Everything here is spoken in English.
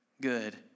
good